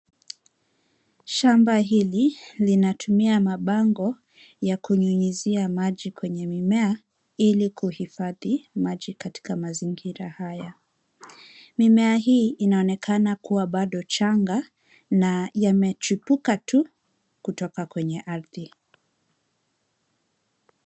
Shamba hili linatumia mabango ya kunyunyizia maji kwenye mimea ili kuhifadhi maji katika mazingira haya. Mimea hii inaonekana kuwa bado changa na yamechipuka tu kutoka kwenye ardhi.